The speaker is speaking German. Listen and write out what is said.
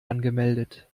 angemeldet